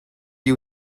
you